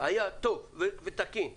היה תקין ועובד,